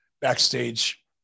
backstage